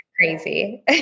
crazy